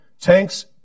tanks